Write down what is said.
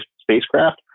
spacecraft